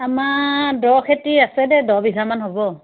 আমাৰ দ খেতি আছে দে দহ বিঘামান হ'ব